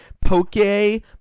poke